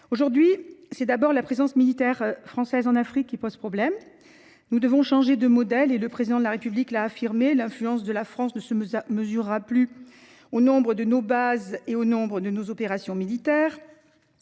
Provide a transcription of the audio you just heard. Aujourd’hui, c’est d’abord la présence militaire française en Afrique qui pose problème. Nous devons changer de modèle. Le Président de la République l’a affirmé : l’influence de la France ne se mesurera plus au nombre de nos bases ou de nos opérations militaires.